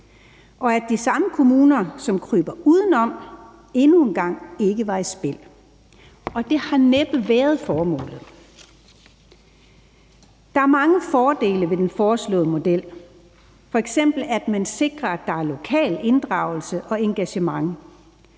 og at de samme kommuner, som kryber udenom, endnu en gang ikke var i spil, og det har næppe været formålet. Der er mange fordele ved den foreslåede model. F.eks. at man sikrer, at der er lokal inddragelse og engagement,